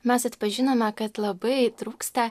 mes atpažinome kad labai trūksta